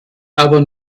aber